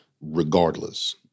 regardless